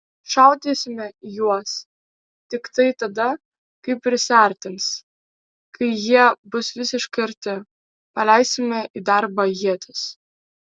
šaudysime į juos tiktai tada kai prisiartins kai jie bus visiškai arti paleisime į darbą ietis